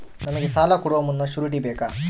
ನಮಗೆ ಸಾಲ ಕೊಡುವ ಮುನ್ನ ಶ್ಯೂರುಟಿ ಬೇಕಾ?